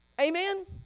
Amen